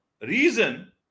reason